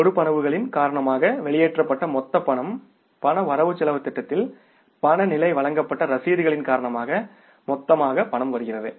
செலுத்துதல்களின் காரணமாக வெளியேற்றப்பட்ட மொத்த ரொக்கம் ரொக்க வரவுசெலவுத் திட்டத்தில் ரொக்க நிலை வழங்கப்பட்ட ரசீதுகளின் காரணமாக மொத்த ரொக்கம் வருகிறது